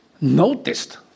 noticed